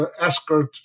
escort